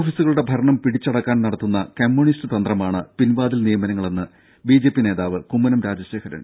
ഓഫീസുകളുടെ ഭരണം പിടിച്ചടക്കാൻ നടത്തുന്ന കമ്മ്യൂണിസ്റ്റ് തന്ത്രമാണ് പിൻവാതിൽ നിയമനങ്ങളെന്ന് ബി ജെ പി നേതാവ് കുമ്മനം രാജശേഖരൻ